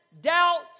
doubt